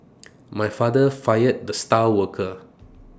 my father fired the star worker